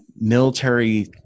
military